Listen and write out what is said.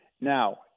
now